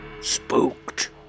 Spooked